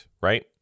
right